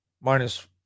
Minus